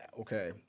Okay